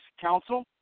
counsel